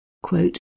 quote